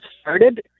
started